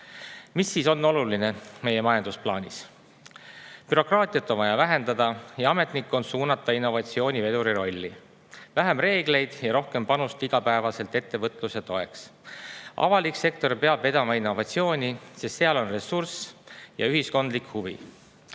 Mis on oluline meie majandusplaanis? Bürokraatiat on vaja vähendada, ametnikkond [tuleb] suunata innovatsiooni veduri rolli, vähem reegleid ja rohkem panust igapäevaselt ettevõtluse toeks. Avalik sektor peab vedama innovatsiooni, sest seal on ressurss ja ühiskondlik huvi. Eesti